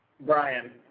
brian